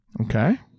Okay